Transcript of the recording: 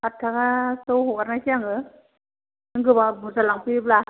आथ थाखासोयाव हगारनोसै आङो नों गोबां बुरजा लांफैयोब्ला